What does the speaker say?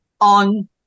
on